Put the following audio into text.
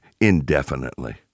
indefinitely